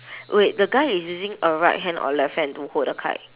wait the guy is using a right hand or left hand to hold the kite